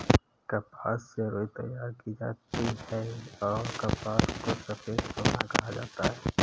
कपास से रुई तैयार की जाती हैंऔर कपास को सफेद सोना कहा जाता हैं